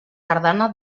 tardana